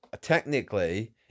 technically